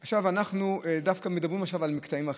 אנחנו דווקא מדברים עכשיו על המקטעים האחרים.